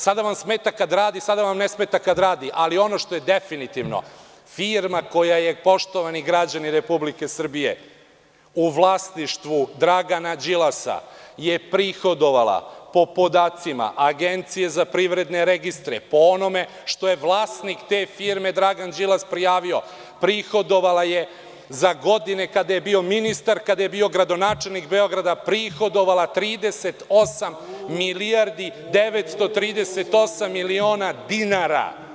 Sada vam smeta kada radi, sada vam ne smeta kada radi, ali ono što je definitivno, firma koja je, poštovani građani Republike Srbije, u vlasništvu Dragana Đilasa je prihodovala o podacima Agencije za privredne registre po onome što je vlasnik te firme Dragan Đilas prijavio, prihodovala je za godine kada je bio ministar, kada je bio gradonačelnik Beograda, prihodovala 38 milijardi 938 miliona dinara.